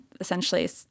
essentially